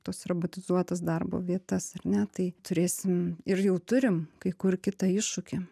tas robotizuotas darbo vietas ar ne tai turėsim ir jau turim kai kur kitą iššūkį